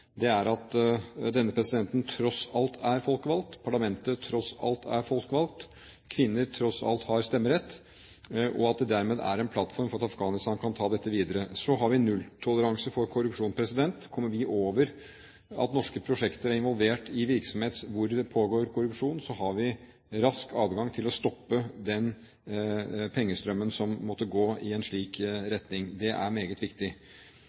at denne presidenten tross alt er folkevalgt, at parlamentet tross alt er folkevalgt, at kvinner tross alt har stemmerett og at det dermed er en plattform for at Afghanistan kan ta dette videre. Så har vi nulltoleranse for korrupsjon. Kommer vi over at norske prosjekter er involvert i virksomhet hvor det pågår korrupsjon, har vi rask adgang til å stoppe den pengestrømmen som måtte gå i en slik retning. Det er meget viktig.